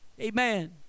amen